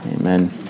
Amen